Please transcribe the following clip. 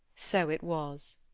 so it was!